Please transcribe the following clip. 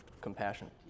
compassion